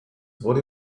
body